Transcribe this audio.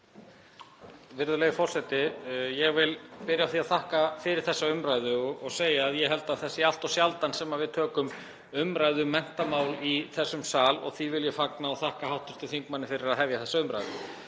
Virðulegur forseti. Ég vil byrja á því að þakka fyrir þessa umræðu, ég held að það sé allt of sjaldan sem við tökum umræðu um menntamál í þessum sal og því vil ég fagna og þakka hv. þingmanni fyrir að hefja þessa umræðu.